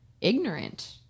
ignorant